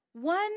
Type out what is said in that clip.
One